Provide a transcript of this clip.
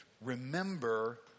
Remember